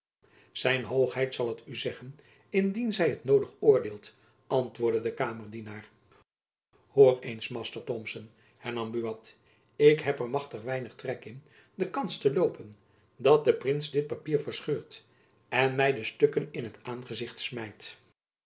zijn hoogheid zal het u zeggen indien zy t noodig oordeelt antwoordde de kamerdienaar hoor eens master thomson hernam buat ik heb er machtig weinig trek in de kans te loopen dat de prins dit papier verscheurt en my de stukken in t aangezicht smijt